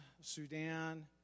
Sudan